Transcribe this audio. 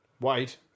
Wait